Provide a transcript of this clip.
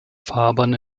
fahrbahn